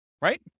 right